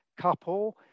couple